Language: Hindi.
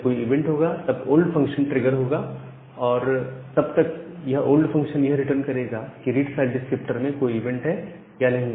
जब कोई इवेंट होगा तब ओल्ड फंक्शन ट्रिगर होगा और तब यह ओल्ड फंक्शन यह रिटर्न करेगा कि रीड फाइल डिस्क्रिप्टर में कोई इवेंट है या नहीं